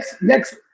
next